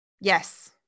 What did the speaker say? Yes